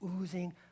oozing